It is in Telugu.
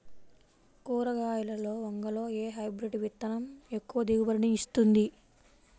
కూరగాయలలో వంగలో ఏ హైబ్రిడ్ విత్తనం ఎక్కువ దిగుబడిని ఇస్తుంది?